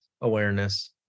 awareness